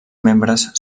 membres